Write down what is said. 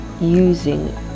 using